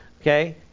okay